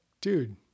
dude